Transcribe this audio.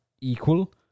equal